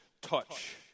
touch